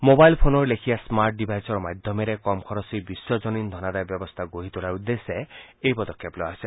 mobile ফোনৰ লেখীয়া smart ডিভাইচৰ মাধ্যমেৰে কম খৰচী বিশ্বজনীন ধনাদায় ব্যৱস্থা গঢ়ি তোলাৰ উদ্দেশ্যে এই পদক্ষেপ লোৱা হৈছে